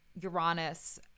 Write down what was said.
Uranus